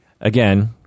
Again